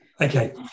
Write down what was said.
okay